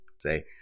say